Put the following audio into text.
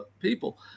people